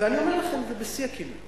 ואני אומר לכם את זה בשיא הכנות